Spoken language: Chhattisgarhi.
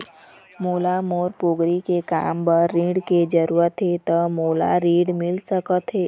मोला मोर पोगरी काम बर ऋण के जरूरत हे ता मोला ऋण मिल सकत हे?